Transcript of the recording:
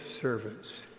servants